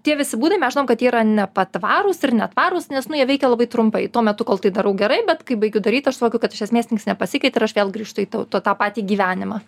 tie visi būdai mes žinom kad yra nepatvarūs ir netvarūs nes nu jie veikia labai trumpai tuo metu kol tai darau gerai bet kai baigiu daryt aš suvokiu kad iš esmės niekas nepasikeitė ir aš vėl grįžtu į tą patį gyvenimą